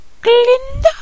Glinda